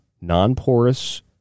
non-porous